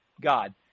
God